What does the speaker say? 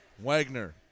Wagner